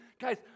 Guys